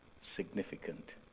significant